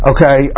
Okay